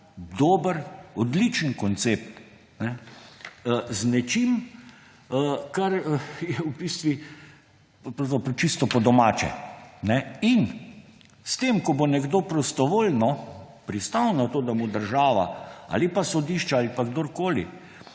dobri, odlični koncept z nečim, kar je v bistvu čisto po domače. Ko bo nekdo prostovoljno pristal na to, da mu država ali sodišče ali kdorkoli